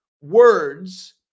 words